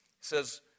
says